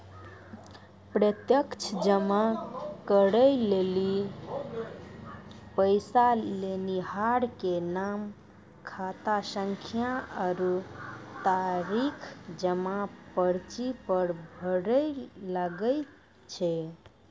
प्रत्यक्ष जमा करै लेली पैसा लेनिहार के नाम, खातासंख्या आरु तारीख जमा पर्ची पर भरै लागै छै